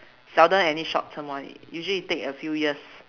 seldom any short term one usually it take a few years